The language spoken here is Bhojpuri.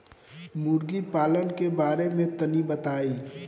मुर्गी पालन के बारे में तनी बताई?